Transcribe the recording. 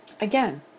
Again